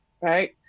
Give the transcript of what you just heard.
right